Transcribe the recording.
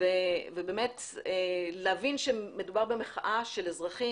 ולהבין שמדובר במחאה של אזרחים,